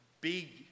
big